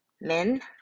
men